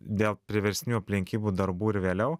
dėl priverstinių aplinkybių darbų ir vėliau